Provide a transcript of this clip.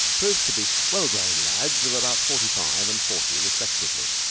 proved to be well-grown lads of about forty-five and forty, respectively.